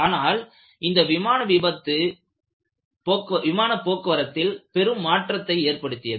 ஆனால் இந்த விபத்து விமான போக்குவரத்தில் பெரும் மாற்றத்தை ஏற்படுத்தியது